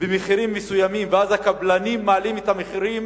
במחירים מסוימים ואז הקבלנים מעלים את המחירים